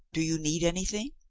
do you need anything?